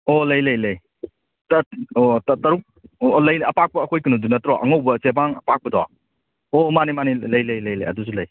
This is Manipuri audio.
ꯑꯣ ꯂꯩ ꯂꯩ ꯂꯩ ꯑꯣ ꯇꯔꯨꯛ ꯑꯣ ꯂꯩ ꯑꯄꯥꯛꯄ ꯑꯩꯈꯣꯏ ꯀꯩꯅꯣꯗꯨ ꯅꯠꯇ꯭ꯔꯣ ꯑꯉꯧꯕ ꯑꯩꯈꯣꯏ ꯆꯦꯕꯥꯡ ꯑꯄꯥꯛꯄꯗꯣ ꯑꯣ ꯃꯥꯅꯤ ꯃꯥꯅꯤ ꯂꯩ ꯂꯩ ꯂꯩ ꯑꯗꯨꯁꯨ ꯂꯩ